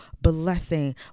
blessing